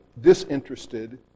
disinterested